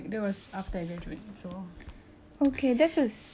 ya but that's for me but for you